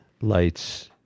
Light's